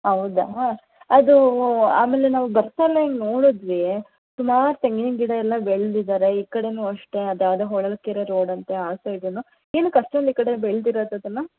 ಹೌದಾ ಅದು ಆಮೇಲೆ ನಾವು ಬಸ್ಸಲ್ಲೇ ನೋಡಿದ್ವಿ ಸುಮಾರು ತೆಂಗಿನ ಗಿಡ ಎಲ್ಲ ಬೆಳೆದಿದಾರೆ ಈ ಕಡೆನೂ ಅಷ್ಟೇ ಅದ್ಯಾವುದೋ ಹೊಳಲ್ಕೆರೆ ರೋಡ್ ಅಂತೆ ಆ ಸೈಡುನು ಏನಕ್ಕೆ ಅಷ್ಟೊಂದು ಈ ಕಡೆ ಬೆಳ್ದಿರೋದು ಅದನ್ನು